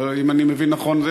אם אני מבין נכון.